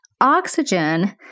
oxygen